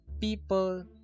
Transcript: people